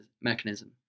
mechanism